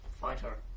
fighter